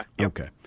Okay